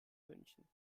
münchen